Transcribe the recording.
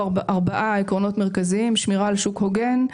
ארבעה עקרונות מרכזיים: שמירה על שוק הוגן,